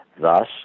Thus